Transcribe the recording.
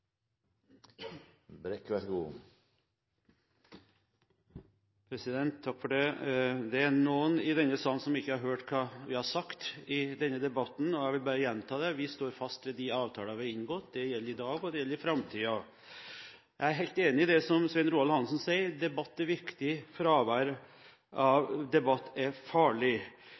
noen i denne salen som ikke har hørt hva vi har sagt i denne debatten, og jeg vil bare gjenta det: Vi står fast ved de avtaler vi har inngått. Det gjelder i dag, og det gjelder i framtiden. Jeg er helt enig med Svein Roald Hansen som sier at debatt er viktig, fravær av debatt er farlig.